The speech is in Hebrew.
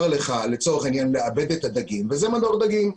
לך לצורך העניין לעבד את הדגים וזה מדור דגים.